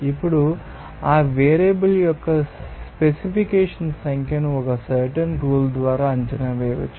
ఇప్పుడు ఆ వేరియబుల్ యొక్క స్పెసిఫికేషన్ సంఖ్యను ఒక సర్టెన్ రూల్ ద్వారా అంచనా వేయవచ్చు